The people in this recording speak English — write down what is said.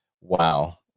wow